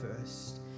first